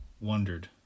wondered